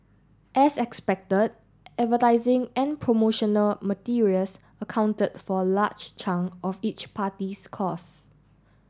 as expected advertising and promotional materials accounted for a large chunk of each party's costs